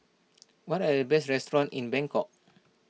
what are the best restaurants in Bangkok